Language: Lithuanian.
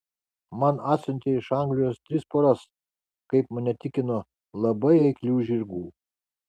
man atsiuntė iš anglijos tris poras kaip mane tikino labai eiklių žirgų